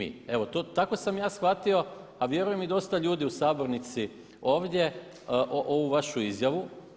Evo tako sam ja shvatio a vjerujem i dosta ljudi u sabornici ovdje ovu vašu izjavu.